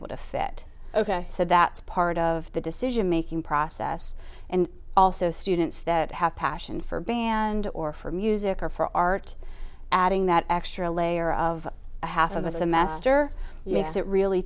able to fit ok so that's part of the decision making process and also students that have passion for band or for music or for art adding that extra layer of a half of a semester makes it really